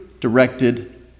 directed